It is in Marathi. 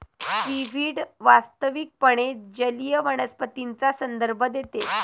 सीव्हीड वास्तविकपणे जलीय वनस्पतींचा संदर्भ देते